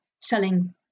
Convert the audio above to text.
selling